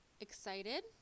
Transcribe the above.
excited